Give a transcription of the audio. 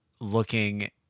looking